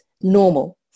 normal